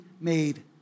made